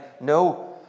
No